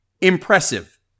impressive